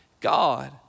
God